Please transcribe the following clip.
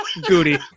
Goody